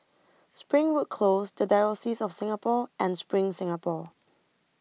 Springwood Close The Diocese of Singapore and SPRING Singapore